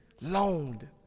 loaned